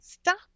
Stop